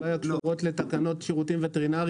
הבעיה קשורה לתקנות שירותים וטרינרים